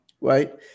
right